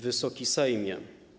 Wysoki Sejmie!